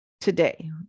today